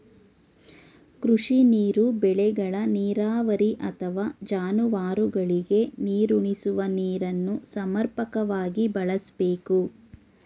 ಕೃಷಿ ನೀರು ಬೆಳೆಗಳ ನೀರಾವರಿ ಅಥವಾ ಜಾನುವಾರುಗಳಿಗೆ ನೀರುಣಿಸುವ ನೀರನ್ನು ಸಮರ್ಪಕವಾಗಿ ಬಳಸ್ಬೇಕು